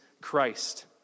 Christ